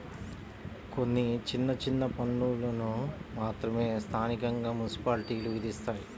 కొన్ని చిన్న చిన్న పన్నులను మాత్రమే స్థానికంగా మున్సిపాలిటీలు విధిస్తాయి